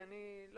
אנחנו לא